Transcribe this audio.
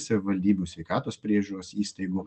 savivaldybių sveikatos priežiūros įstaigų